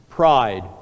Pride